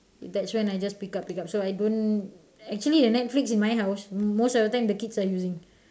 that is when I just pick up pick up so I don't actually the netflix in my house most of the time the kids are using